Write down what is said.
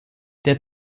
der